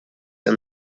and